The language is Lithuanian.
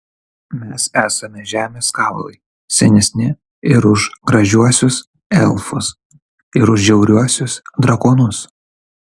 mes esame žemės kaulai senesni ir už gražiuosius elfus ir už žiauriuosius drakonus